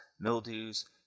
mildews